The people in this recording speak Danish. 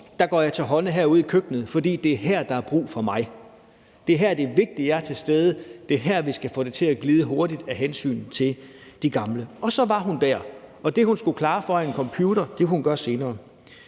går jeg til hånde herude i køkkenet, fordi det er her, der er brug for mig; det er her, det er vigtigt at jeg er til stede; det er her, vi skal få det til at glide hurtigt af hensyn til de gamle. Så var hun dér, og det, hun skulle klare foran en computer, kunne hun gøre senere.